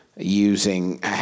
Using